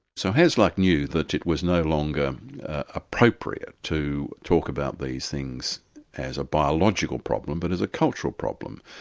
so hasluck knew that it was no longer appropriate to talk about these things as a biological problem but as a cultural problem.